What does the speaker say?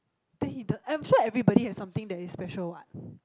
then he do~ I'm sure everybody has something that is special [what]